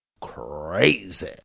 Crazy